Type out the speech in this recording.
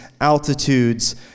altitudes